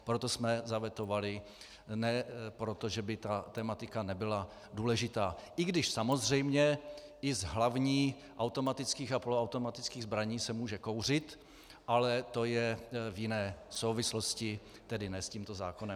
Proto jsme zavetovali, ne proto, že by ta tematika nebyla důležitá, i když samozřejmě i z hlavní automatických a poloautomatických zbraní se může kouřit, ale to je v jiné souvislosti, tedy ne s tímto zákonem.